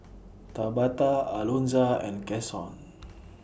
Tabatha Alonza and Cason